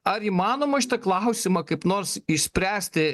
ar įmanoma šitą klausimą kaip nors išspręsti